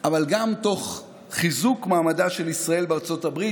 אבל גם תוך חיזוק מעמדה של ישראל בארצות הברית.